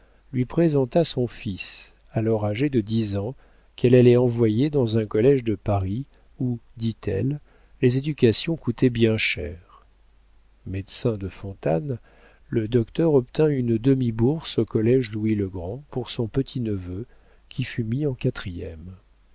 lui présenta son fils alors âgé de dix ans qu'elle allait envoyer dans un collége de paris où dit-elle les éducations coûtaient bien cher médecin de fontanes le docteur obtint une demi-bourse au collége louis-le-grand pour son petit-neveu qui fut mis en quatrième